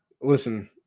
Listen